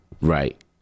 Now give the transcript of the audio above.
Right